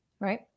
Right